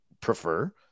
prefer